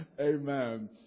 Amen